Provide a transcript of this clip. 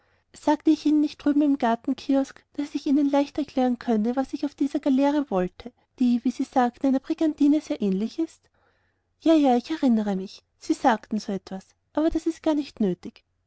sagte ich ihnen nicht drüben im gartenkiosk daß ich ihnen leicht erklären könne was ich auf dieser galeere wollte die wie sie sagten einer brigantine sehr ähnlich ist ja ja ich erinnere mich sie sagten so etwas aber das ist ja gar nicht nötig